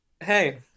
hey